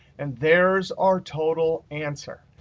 and there's our total answer.